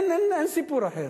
אין סיפור אחר.